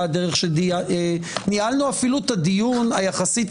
מהדרך שניהלנו אפילו את הדיון היחסית